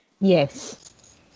Yes